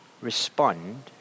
respond